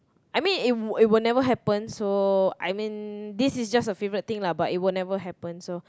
I mean it it will never happen so I mean this is just a favourite thing lah but it will never happen so